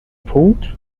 punkt